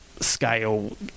scale